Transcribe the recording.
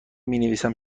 مینویسم